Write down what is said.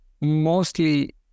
mostly